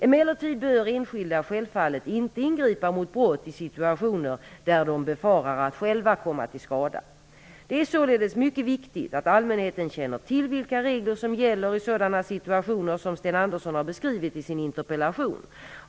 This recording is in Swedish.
Emellertid bör enskilda självfallet inte ingripa mot brott i situationer där de befarar att själva komma till skada. Det är således mycket viktigt att allmänheten känner till vilka regler som gäller i sådana situationer som Sten Andersson har beskrivit i sin interpellation.